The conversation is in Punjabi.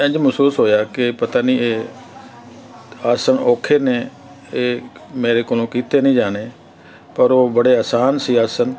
ਇੰਝ ਮਹਿਸੂਸ ਹੋਇਆ ਕਿ ਪਤਾ ਨਹੀਂ ਇਹ ਆਸਨ ਔਖੇ ਨੇ ਇਹ ਮੇਰੇ ਕੋਲੋਂ ਕੀਤੇ ਨਹੀਂ ਜਾਣੇ ਪਰ ਉਹ ਬੜੇ ਆਸਾਨ ਸੀ ਆਸਨ